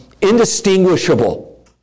indistinguishable